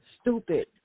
stupid